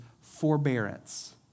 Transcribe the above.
forbearance